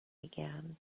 began